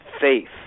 faith